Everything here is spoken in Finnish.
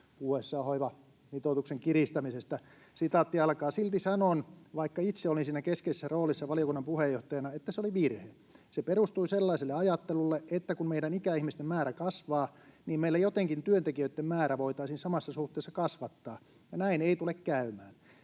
puhuessaan hoivamitoituksen kiristämisestä. Sitaatti alkaa: ”Silti sanon, vaikka itse olin siinä keskeisessä roolissa valiokunnan puheenjohtajana, että se oli virhe. Se perustui sellaiselle ajattelulle, että kun meidän ikäihmisten määrä kasvaa, niin meillä jotenkin työntekijöitten määrää voitaisiin samassa suhteessa kasvattaa, ja näin ei tule käymään.